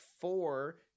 four